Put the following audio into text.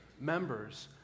members